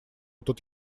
тут